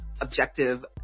objective